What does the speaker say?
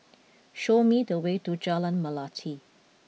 show me the way to Jalan Melati